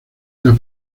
era